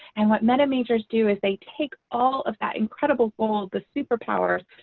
and what meta majors do is they take all of that incredible gold, the superpowers,